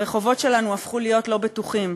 הרחובות שלנו הפכו להיות לא בטוחים.